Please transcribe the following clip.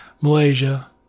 Malaysia